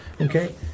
okay